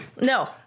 No